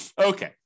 Okay